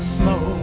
slow